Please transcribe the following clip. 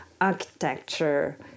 architecture